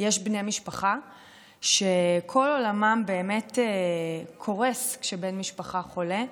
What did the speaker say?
יש בני משפחה שכל עולמם קורס כשבן משפחה חולה.